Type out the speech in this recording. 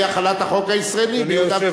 החלת החוק הישראלי ביהודה ושומרון.